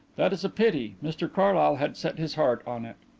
that is a pity mr carlyle had set his heart on it.